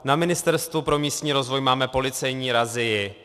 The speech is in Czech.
Na Ministerstvu pro místní rozvoj máme policejní razii.